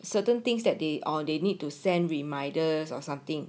certain things that they or they need to send reminders or something